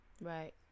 Right